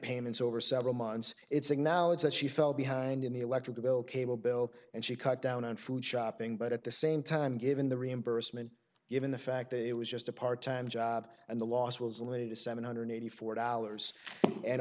payments over several months it's acknowledge that she fell behind in the electric bill cable bill and she cut down on food shopping but at the same time given the reimbursement given the fact that it was just a part time job and the loss was limited to seven hundred eighty four dollars and